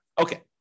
Okay